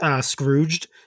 Scrooged